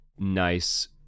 nice